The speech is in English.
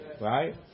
right